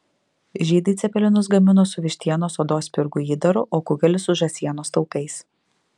žydai cepelinus gamino su vištienos odos spirgų įdaru o kugelį su žąsienos taukais